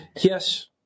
Yes